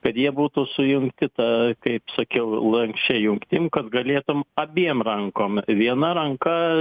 kad jie būtų sujungti ta kaip sakiau lanksčia jungtim kad galėtum abiem rankom viena ranka